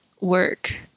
work